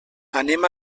anem